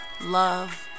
love